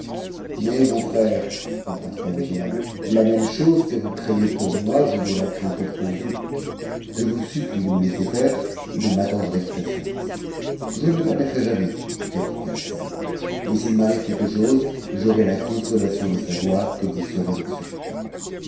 mais mon n'ère repartit amgiad la même chose que vous craifinm pour moi je dois la craindre pour vous je vous supplie de me laisser et de m'attendre avec patience je ne e permettrai jamais jjj a assad et s'il m'arrive quelque chose j'aurai la consolation c savoir que vous serez en sûreté